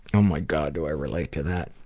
oh my god, do i relate to that.